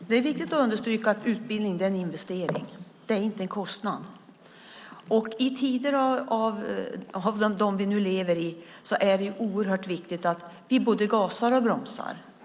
Fru talman! Det är viktigt att understryka att utbildning är en investering, inte en kostnad. I tider som dem vi nu lever i är det oerhört viktigt att vi både gasar och bromsar.